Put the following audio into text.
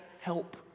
help